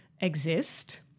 exist